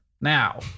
now